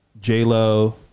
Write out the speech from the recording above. J-Lo